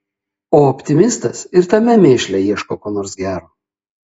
o optimistas ir tame mėšle ieško ko nors gero